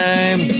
Time